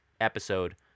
episode